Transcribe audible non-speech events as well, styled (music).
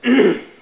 (coughs)